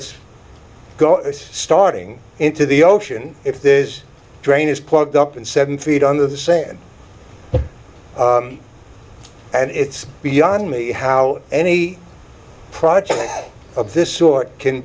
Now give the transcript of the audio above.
it's starting into the ocean if this drain is plugged up in seven feet on the same and it's beyond me how any project of this sort can